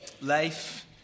Life